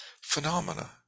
phenomena